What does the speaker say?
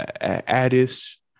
Addis